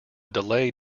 delay